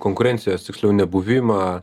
konkurencijos tiksliau nebuvimą